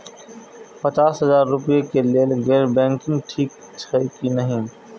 पचास हजार रुपए के लेल गैर बैंकिंग ठिक छै कि नहिं?